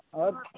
आओर